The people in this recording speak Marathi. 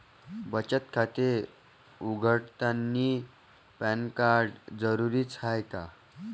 बचत खाते उघडतानी पॅन कार्ड जरुरीच हाय का?